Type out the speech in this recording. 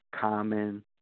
Common